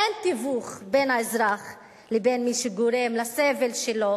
אין תיווך בין האזרח לבין מי שגורם לסבל שלו.